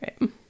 right